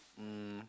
um